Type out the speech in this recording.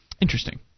Interesting